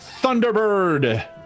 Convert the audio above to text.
Thunderbird